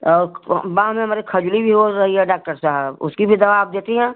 और बाँह में हमारे खुजली भी हो रही है डाक्टर साहब उसकी भी दवा आप देती हैं